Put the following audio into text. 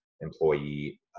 employee